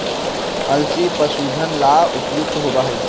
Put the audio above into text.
अलसी पशुधन ला उपयुक्त होबा हई